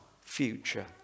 future